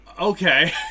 Okay